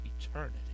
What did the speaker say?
eternity